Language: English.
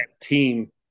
team